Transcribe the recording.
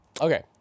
Okay